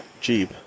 Jeep